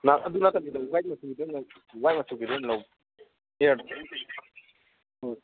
ꯑꯗꯨ ꯅꯠꯇꯕꯤꯗ ꯍ꯭ꯋꯥꯏꯠ ꯃꯆꯨꯒꯤꯗꯣ ꯑꯣꯏꯅ ꯍ꯭ꯋꯥꯏꯠ ꯃꯆꯨꯒꯤꯗꯣ ꯑꯣꯏꯅ ꯂꯧꯒꯦ ꯏꯌꯥꯔꯗꯣ ꯍꯣꯏ